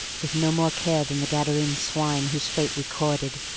with no more care than the gadarene swine whose fate we courted.